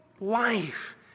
life